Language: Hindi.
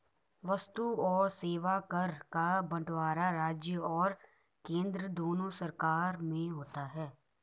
वस्तु और सेवा कर का बंटवारा राज्य और केंद्र दोनों सरकार में होता है